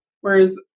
Whereas